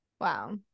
Wow